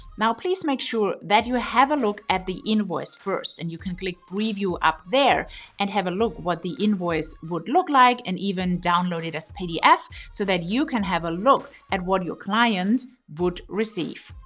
now, please make sure that you have a look at the invoice first. and you can click preview up there and have a look at what the invoice would look like and even download it as pdf so that you can have a look at what your client would receive.